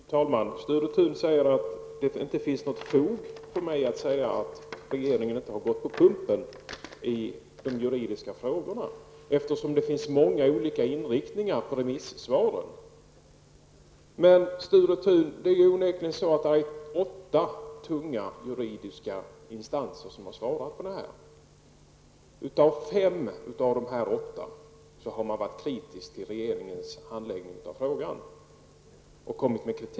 Fru talman! Sture Thun säger att det inte finns något fog för mig att säga att regeringen har ''gått på pumpen'' i de juridiska frågorna, eftersom det finns många olika inriktningar på remissvaren. Men, Sture Thun, åtta tunga juridiska instanser har onekligen svarat på dessa spörsmål. Fem av de åtta har kommit med kritik mot regeringens handläggning av frågan.